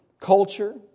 culture